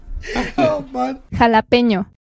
Jalapeño